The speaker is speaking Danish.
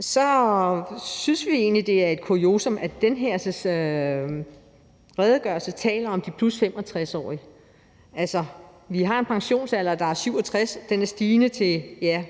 Så synes vi egentlig, det er et kuriosum, at den her redegørelse taler om de +65-årige. Altså, vi har en pensionsalder, der er 67 år, og den er stigende. Ja,